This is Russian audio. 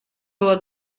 было